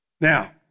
Now